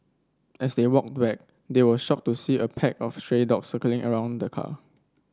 as they walked back they were shocked to see a pack of stray dogs circling around the car